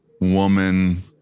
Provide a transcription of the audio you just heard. woman